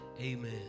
Amen